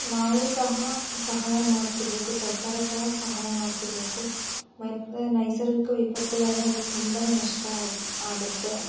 ನಾವು ಸಹ ಸಹಾಯ ಮಾಡ್ತಿರಬೇಕು ಸರ್ಕಾರ ಸಹ ಸಹಾಯ ಮಾಡ್ತಿರಬೇಕು ಮತ್ತೆ ನೈಸರ್ಗಿಕ ವಿಪತ್ತುಗಳಿಂದ ಅವ್ರಿಗೆ ತುಂಬ ನಷ್ಟ ಆಗಿ ಆಗುತ್ತೆ